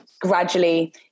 Gradually